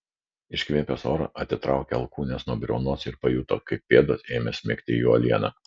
iškvėpęs orą atitraukė alkūnes nuo briaunos ir pajuto kaip pėdos ėmė smigti į uolieną